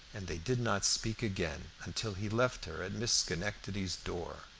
and they did not speak again until he left her at miss schenectady's door.